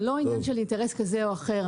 זה לא אינטרס כזה או אחר.